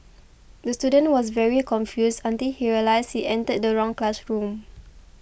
the student was very confused until he realised he entered the wrong classroom